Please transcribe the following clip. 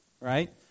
right